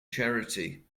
charity